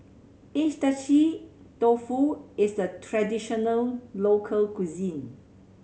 Agedashi Dofu is a traditional local cuisine